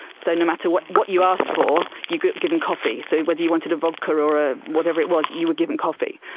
so no matter what what you asked for you get given coffee. so whether you wanted a vodka or ah whatever it was, you were given coffee.